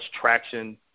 traction